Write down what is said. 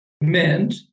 meant